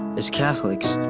as catholics,